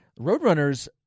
Roadrunners